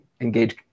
engage